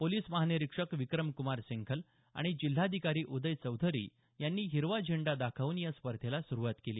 police महानिरीक्षक विक्रम्क्मार सिंघल आणि जिल्हाधिकारी उदय चौधरी यांनी हिरवा झेडा दाखवून या स्पर्धेला सुरूवात केली